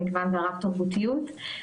המגוון והרב-תרבותיות.